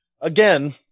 again